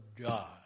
God